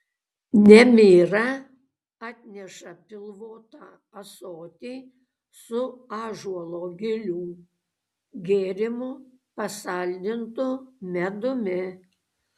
nemira atneša pilvotą ąsotį su ąžuolo gilių gėrimu pasaldintu medumi